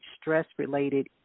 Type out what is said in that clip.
stress-related